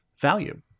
value